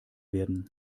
werden